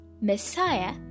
Messiah